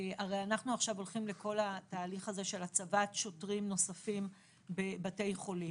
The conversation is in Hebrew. אנחנו עכשיו הולכים לכל התהליך הזה של הצבת שוטרים נוספים בבתי חולים,